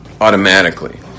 automatically